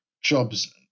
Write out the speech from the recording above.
jobs